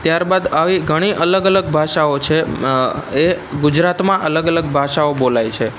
ત્યારબાદ આવી ઘણી અલગ અલગ ભાષાઓ છે એ ગુજરાતમાં અલગ અલગ ભાષાઓ બોલાય છે